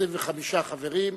25 חברים.